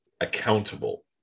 accountable